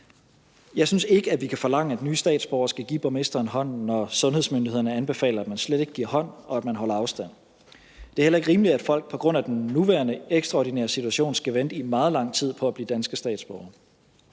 Jeg synes ikke, at vi kan forlange, at nye statsborgere skal give borgmesteren hånden, når sundhedsmyndighederne anbefaler, at man slet ikke giver hånd, og at man holder afstand. Det er heller ikke rimeligt, at folk på grund af den nuværende ekstraordinære situation skal vente i meget lang tid på at blive danske statsborgere.